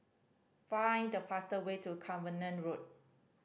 find the fastest way to Cavenagh Road